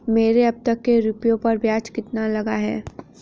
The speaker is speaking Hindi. मेरे अब तक के रुपयों पर ब्याज कितना लगा है?